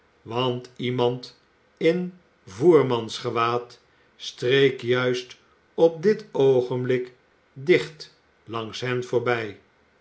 want iemand in voermansgewaad streek juist op dit oogenblik dicht langs hen voorbij